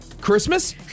Christmas